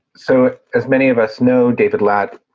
so as many of us know, david latt,